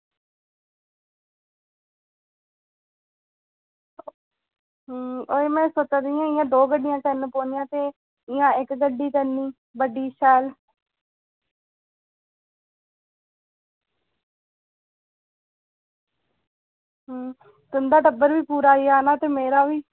ते ओह् में सोचा दी ही दो गड्डियां करना पौनियां ते इंया इक्क गड्डी करनी बड़ी शैल ते तुं'दा टब्बर बी पूरा आई जाना ते मेरा बी